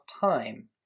time